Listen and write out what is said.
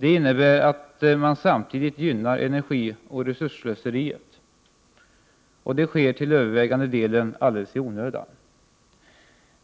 Det innebär att energioch resursslöseriet samtidigt gynnas. Och det sker till övervägande del alldeles i onödan.